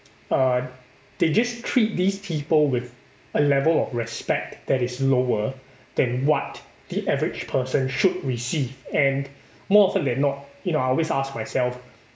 uh they just treat these people with a level of respect that is lower than what the average person should receive and more often than not you know I always ask myself